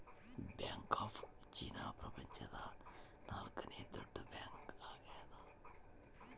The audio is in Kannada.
ಬ್ಯಾಂಕ್ ಆಫ್ ಚೀನಾ ಪ್ರಪಂಚದ ನಾಲ್ಕನೆ ದೊಡ್ಡ ಬ್ಯಾಂಕ್ ಆಗ್ಯದ